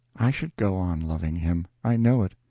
i should go on loving him. i know it.